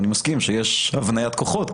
אני מסכים שיש הבניית כוחות,